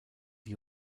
die